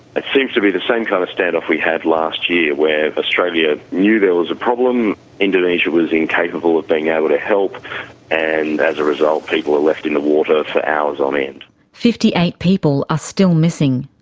ah seems to be the same kind of stand-off we had last year where australia knew there was a problem, indonesia was incapable of being able to help and as a result people are left in the water for hours on end. fifty-eight people are still missing.